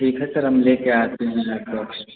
ठीक है सर हम लेके आते हैं लेटेस्ट